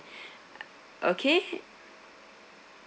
okay